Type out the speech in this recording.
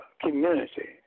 community